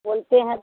बोलते हैं